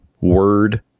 word